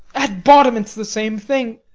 at bottom, it's the same thing.